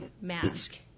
mask